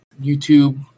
YouTube